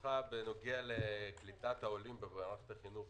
התייחסותך בעניין קליטת העולים במערכת החינוך